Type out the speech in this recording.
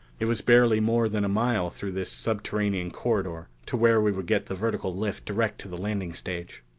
it was barely more than a mile through this subterranean corridor to where we could get the vertical lift direct to the landing stage.